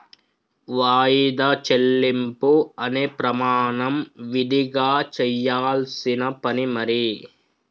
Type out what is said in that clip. వాయిదా చెల్లింపు అనే ప్రమాణం విదిగా చెయ్యాల్సిన పని మరి